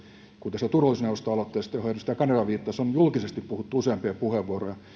kun tästä turvallisuusneuvoston aloitteesta johon edustaja kanerva viittasi on julkisesti puhuttu useampia puheenvuoroja niin